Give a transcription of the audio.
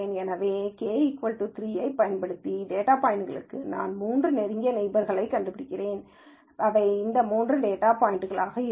எனவே நான் k 3 ஐப் பயன்படுத்தினால் இந்த டேட்டா பாய்ன்ட்க்கு நான் மூன்று நெருங்கிய நெய்பர்ஸ்களைக் கண்டுபிடிப்பேன் அவை இந்த மூன்று டேட்டா பாய்ன்ட்களாக இருக்கும்